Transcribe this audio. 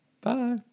bye